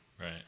Right